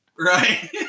Right